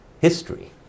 history